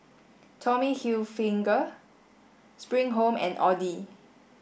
Tommy Hilfiger Spring Home and Audi